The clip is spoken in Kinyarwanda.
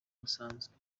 busanzwe